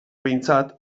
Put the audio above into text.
behintzat